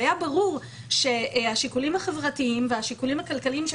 שהיה ברור שהשיקולים החברתיים והשיקולים הכלכליים,